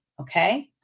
okay